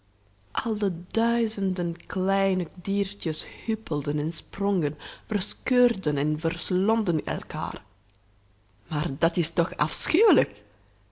al de duizenden kleine diertjes huppelden en sprongen verscheurden en verslonden elkaar maar dat is toch afschuwelijk